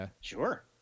Sure